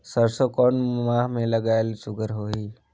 सरसो कोन माह मे लगाय ले सुघ्घर होही?